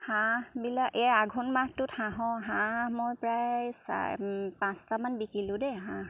হাঁহবিলাক এই আঘোণ মাহটোত হাঁহ হাঁহ মই প্ৰায় চা পাঁচটামান বিকিলোঁ দেই হাঁহ